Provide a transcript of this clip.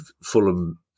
Fulham